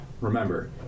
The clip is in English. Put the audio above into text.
Remember